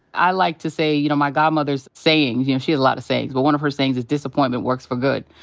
i like to say, you know, my godmother's saying. you know, she has a lot of sayings. but one of her sayings is, disappointment works for good.